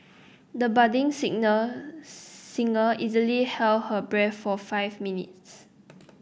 the budding singer easily held her breath for five minutes